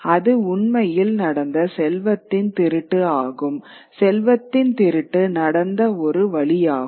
அது உண்மையில் நடந்த செல்வத்தின் திருட்டு ஆகும் செல்வத்தின் திருட்டு நடந்த ஒரு வழியாகும்